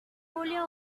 julio